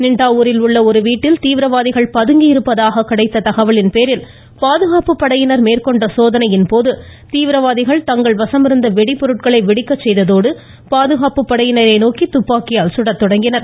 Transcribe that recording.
நின்ட்டாவூரில் உள்ள ஒரு வீட்டில் தீவிரவாதிகள் பதுங்கியிருப்பதாக கிடைத்த தகவலின் பேரில் பாதுகாப்பு படையினர் மேற்கொண்ட சோதனையின் போது தீவிரவாதிகள் தங்கள் வசமிருந்து வெடிபொருட்களை வெடிக்கச் செய்ததோடு பாதுகாப்பு படையினரை நோக்கி துப்பாக்கியால் சுடத்தொடங்கினார்கள்